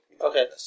Okay